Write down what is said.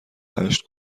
هشت